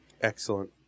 Excellent